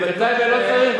בטייבה לא צריך,